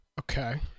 okay